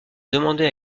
demandait